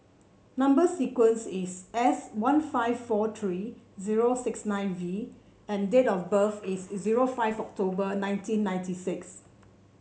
number sequence is S one five four three zero six nine V and date of birth is zero five October nineteen ninety six